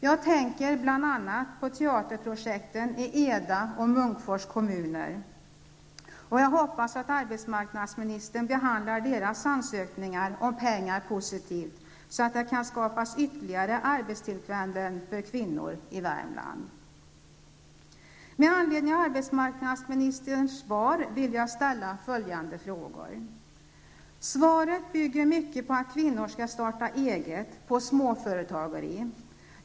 Jag tänker bl.a. på teaterprojekten i Eda och Munkfors kommuner, och jag hoppas att arbetsmarknadsministern behandlar deras ansökningar om pengar positivt, så att det kan skapas ytterligare arbetstillfällen för kvinnor i Svaret bygger mycket på att kvinnor skall starta eget, på småföretageri.